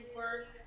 work